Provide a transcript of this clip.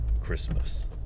Christmas